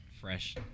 fresh